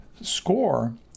Score